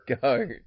go